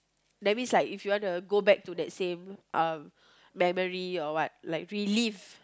that means like you want to go back to the same memory or what like relive